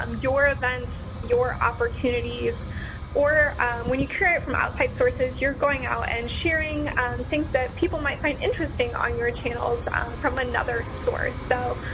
um your events, your opportunities or when you curate from outside sources, you're going out and sharing things that people might find interesting on your channels from another source. so,